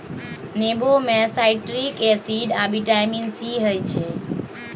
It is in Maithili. नेबो मे साइट्रिक एसिड आ बिटामिन सी होइ छै